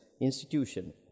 institution